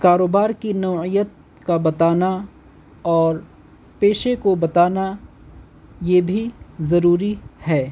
کاروبار کی نوعیت کا بتانا اور پیشے کو بتانا یہ بھی ضروری ہے